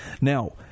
Now